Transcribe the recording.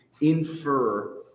infer